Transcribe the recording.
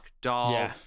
doll